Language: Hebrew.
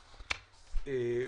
ה-17.3,